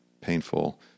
painful